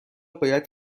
باید